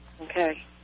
Okay